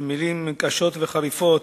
במלים קשות וחריפות,